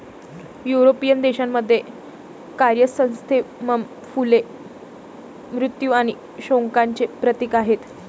European देशांमध्ये, chrysanthemum फुले मृत्यू आणि शोकांचे प्रतीक आहेत